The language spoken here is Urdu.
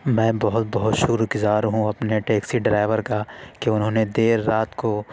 میں بہت بہت شکرگزار ہوں اپنے ٹیکسی ڈرائیور کا کہ انہوں نے دیر رات کو